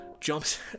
jumps